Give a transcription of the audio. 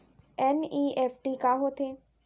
NEFT का होथे?